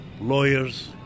lawyers